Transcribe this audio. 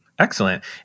Excellent